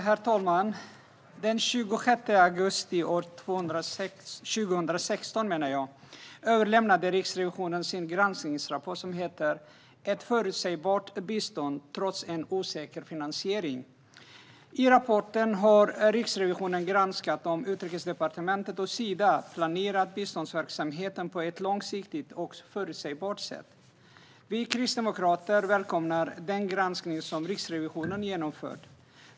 Herr talman! Den 26 augusti år 2016 överlämnade Riksrevisionen sin granskningsrapport Ett förutsägbart bistånd - trots en osäker finansiering . I rapporten har Riksrevisionen granskat om Utrikesdepartementet och Sida planerat biståndsverksamheten på ett långsiktigt och förutsägbart sätt. Vi kristdemokrater välkomnar den granskning som Riksrevisionen genomfört.